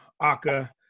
Aka